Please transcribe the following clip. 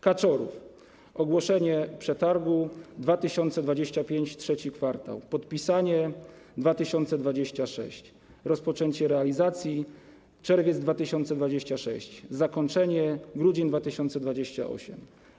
Kaczorów - ogłoszenie przetargu: 2025, trzeci kwartał, podpisanie: 2026, rozpoczęcie realizacji: czerwiec 2026, zakończenie: grudzień 2028.